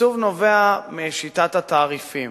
התקצוב נובע משיטת התעריפים.